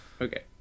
Okay